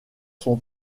sont